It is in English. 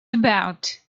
about